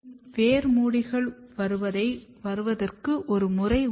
மேலும் வேர் முடிகள் வருவதற்கு ஒரு முறை உள்ளது